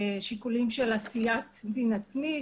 שיקולים של עשיית דין עצמי,